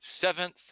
seventh